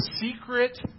secret